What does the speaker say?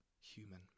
human